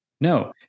no